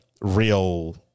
real